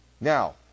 Now